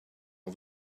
all